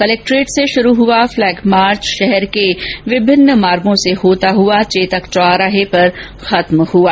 collectorate से शुरू हुआ पलैग मार्च शहर के विभिन्न मार्गो से होता हुआ चेतक चौराहे पर खत्म हुआ